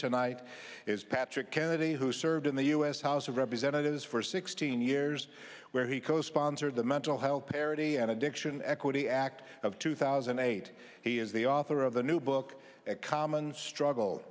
tonight is patrick kennedy who served in the u s house of representatives for sixteen years where he co sponsored the mental health parity and addiction equity act of two thousand and eight he is the author of the new book a common struggle